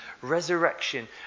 Resurrection